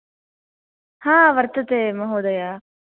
आम् वर्तते महोदय